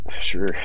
sure